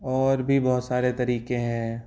और भी बहुत सारे तरीक़े हैं